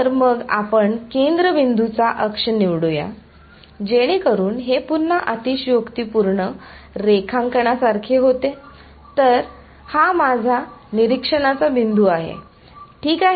तर मग आपण केंद्र बिंदूचा अक्ष निवडुया जेणेकरून हे पुन्हा अतिशयोक्तीपूर्ण रेखांकना सारखे होते तर हा माझे निरीक्षण बिंदू आहे ठीक आहे